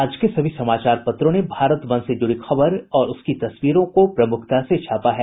आज के सभी समाचार पत्रों ने भारत बंद से जुड़ी खबर और उसकी तस्वीरों को प्रमुखता से छापा है